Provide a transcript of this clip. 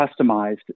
customized